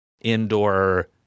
indoor